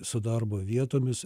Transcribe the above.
su darbo vietomis